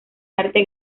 arte